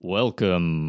welcome